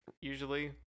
usually